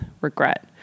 regret